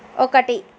ఒకటి